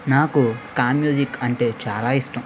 నాకు ska music అంటే చాలా ఇష్టం